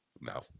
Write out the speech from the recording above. No